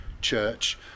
church